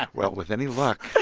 ah well, with any luck,